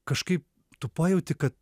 kažkaip tu pajauti kad